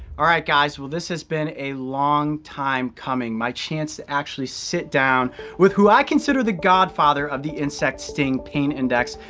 alright guys, well this has been a long time coming. my chance to actually sit down with who i consider the godfather of the insect sting pain index.